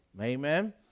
Amen